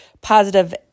positive